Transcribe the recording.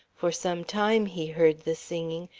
for some time he heard the singing,